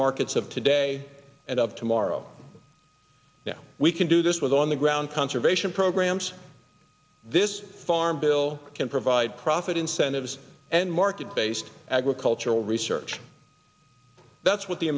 markets of today and of tomorrow now we can do this with on the ground conservation programs this farm bill can provide profit incentives and market based agricultural research that's what the